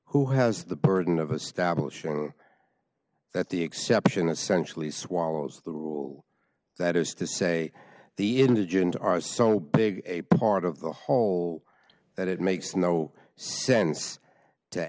who has the burden of a stab at the exception essentially swallows the rule that is to say the indigent are so big a part of the whole that it makes no sense to